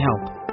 help